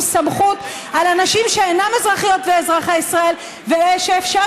סמכות על אנשים שאינם אזרחיות ואזרחי ישראל ושאפשר